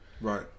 Right